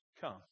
Come